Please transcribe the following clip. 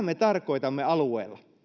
me tarkoitamme alueella